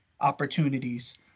opportunities